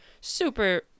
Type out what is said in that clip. super